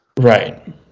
Right